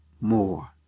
more